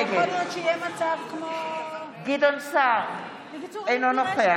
נגד גדעון סער, אינו נוכח